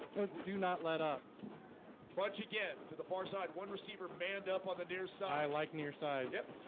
do not let up but you get to the far side one receiver band up on the near side like near side yep,